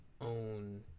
own